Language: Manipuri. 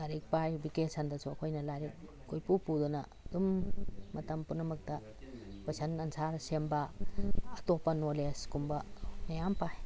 ꯂꯥꯏꯔꯤꯛ ꯄꯥꯏ ꯕꯦꯀꯦꯁꯟꯗꯁꯨ ꯑꯩꯈꯣꯏꯅ ꯂꯥꯏꯔꯤꯛ ꯀꯣꯏꯄꯨ ꯄꯨꯗꯅ ꯑꯗꯨꯝ ꯃꯇꯝ ꯄꯨꯝꯅꯃꯛꯇ ꯀ꯭ꯋꯦꯏꯁꯟ ꯑꯟꯁꯥꯔ ꯁꯦꯝꯕ ꯑꯇꯣꯞꯄ ꯅꯣꯂꯦꯖ ꯀꯨꯝꯕ ꯃꯌꯥꯝ ꯄꯥꯏ